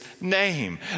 name